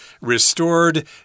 restored